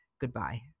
Goodbye